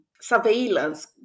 surveillance